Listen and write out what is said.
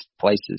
places